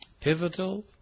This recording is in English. pivotal